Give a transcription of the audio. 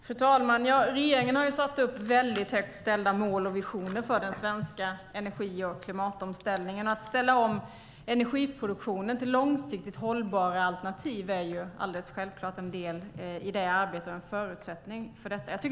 Fru talman! Regeringen har högt ställda mål och visioner för den svenska energi och klimatomställningen. Att ställa om energiproduktionen till långsiktigt hållbara alternativ är naturligtvis en del i det arbetet och en förutsättning för det.